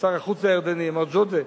לשר החוץ הירדני מר ג'ודה,